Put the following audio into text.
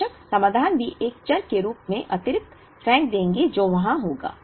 बेशक समाधान भी एक चर के रूप में अतिरिक्त फेंक देंगे जो वहां होगा